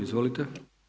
Izvolite.